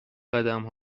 قدم